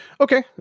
Okay